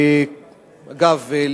אגב,